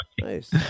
nice